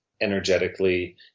energetically